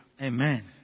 Amen